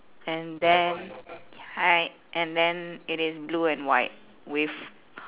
and then an~ and then it is blue and white with